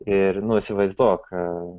ir nu įsivaizduok